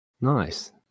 nice